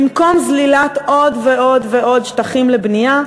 במקום זלילת עוד ועוד ועוד שטחים לבנייה,